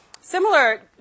Similar